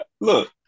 look